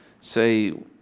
say